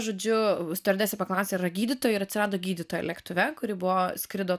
žodžiu stiuardesė paklausė ar yra gydytojų ir atsirado gydytoja lėktuve kuri buvo skrido